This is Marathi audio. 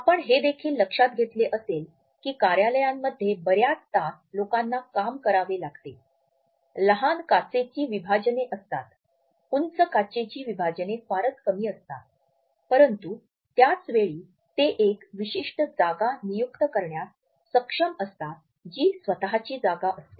आपण हे देखील लक्षात घेतले असेल की कार्यालयांमध्ये बर्याच तास लोकांना काम करावे लागते लहान काचेची विभाजने असतात उंच काचेची विभाजने फारच कमी असतात परंतु त्याच वेळी ते एक विशिष्ट जागा नियुक्त करण्यास सक्षम असतात जी स्वतःची जागा असते